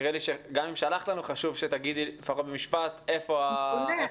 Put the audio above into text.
אז נראה לי שגם אם שלחת לנו חשוב שתגידי לפחות במשפט איפה הפער,